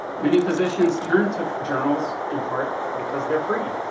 many physicians turn to journals, in part, because they are free.